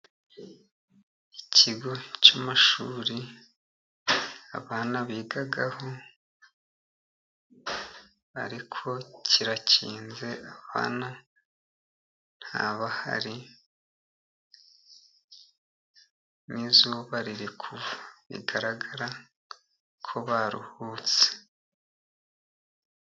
Ikigo cy' amashuri abana bigaho, ariko kirakinze abana ntabahari ni zuba riri kuva bigaragara ko baruhutse.